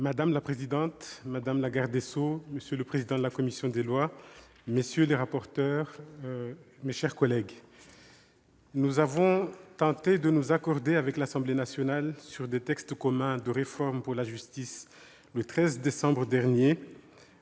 Madame la présidente, madame la garde des sceaux, monsieur le président de la commission des lois, messieurs les rapporteurs, mes chers collègues, nous avons tenté de nous accorder avec l'Assemblée nationale sur des textes communs de réforme pour la justice le 13 décembre dernier.